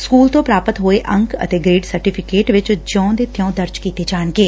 school ਤੋਂ ਪੁਾਪਤ ਹੋਏ ਅੰਕ ਅਤੇ ਗਰੇਡ ਸਰਟੀਫਿਕੇਟ ਵਿੱਚ ਜਿਉ ਦੇ ਤਿਉ ਦਰਜ ਕੀਤੇ ਜਾਣਗੇ